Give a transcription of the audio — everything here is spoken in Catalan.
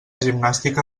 gimnàstica